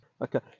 Okay